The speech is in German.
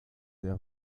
der